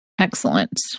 Excellent